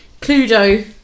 Cluedo